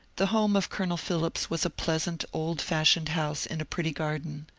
the home of colonel phillips was a pleasant old-fashioned house in a pretty garden.